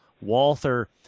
Walther